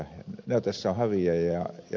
he ovat tässä häviäjiä